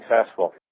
successful